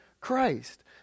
Christ